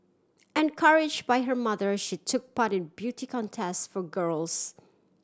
encourage by her mother she took part in beauty contest for girls